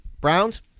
Browns